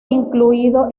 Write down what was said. incluido